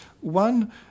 One